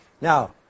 Now